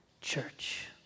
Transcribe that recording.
church